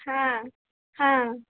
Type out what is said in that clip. হ্যাঁ হ্যাঁ